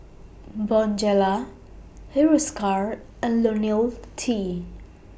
Bonjela Hiruscar and T